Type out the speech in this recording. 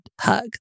hug